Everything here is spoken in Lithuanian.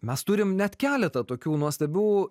mes turim net keletą tokių nuostabių